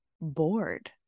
bored